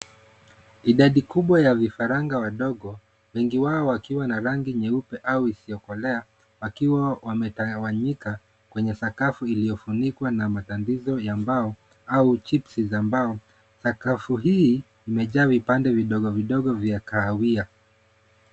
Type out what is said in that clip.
Idadi kubwa ya vifaranga wadogo, wengi wao wakiwa na rangi nyeupe au isiyokolea, wakiwa wametawanyika kwenye sakafu iliyofunikwa na matandiko ya mbao au za chips mbao. Sakafu hii imejaa ipande vidogo vidogo vya kawia.